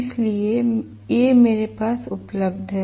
इसलिए ये मेरे पास उपलब्ध हैं